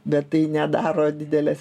bet tai nedaro didelės